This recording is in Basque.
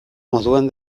moduan